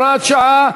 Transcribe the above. הוראת שעה),